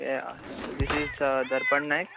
या so this is Darpan Naik